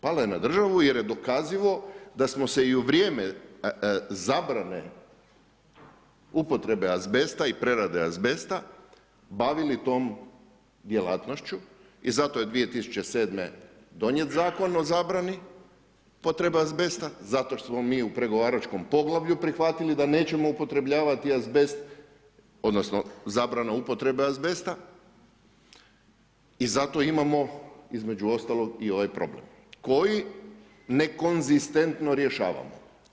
Pala je na državu jer je dokazivo da smo se i u vrijeme zabrane upotrebe azbesta i prerade azbesta bavili tom djelatnošću i zato je 2007. donijet Zakon o zabrani potreba azbesta, zato što smo mi u pregovaračkom poglavlju prihvatili da nećemo upotrebljavati azbest, odnosno zabrana upotrebe azbesta i zato imamo između ostalo i ovaj problem koji nekonzistentno rješavamo.